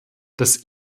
dass